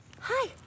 Hi